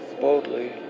boldly